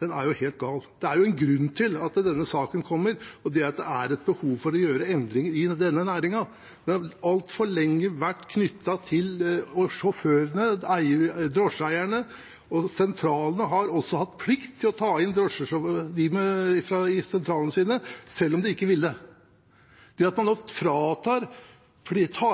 er helt gal. Det er jo en grunn til at denne saken kommer, og det er at det er behov for å gjøre endringer i denne næringen. Det har altfor lenge vært knyttet til sjåførene og drosjeeierne, og sentralene har hatt plikt til å ta dem inn i sentralene sine selv om de ikke ville. Det at man nå tar